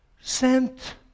Sent